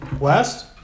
West